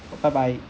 bye bye